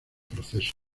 proceso